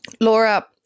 Laura